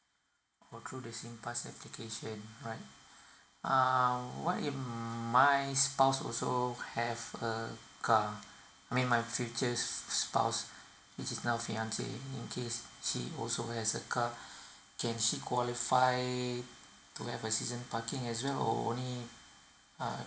or through the singpass application right uh what if my spouse also have a car I mena my future's spouse this is now fiance in case she also has a car can she qualify to do have a season parking as well or only uh